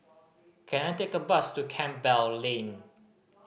can I take a bus to Campbell Lane